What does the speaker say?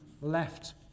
left